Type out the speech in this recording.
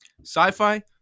Sci-fi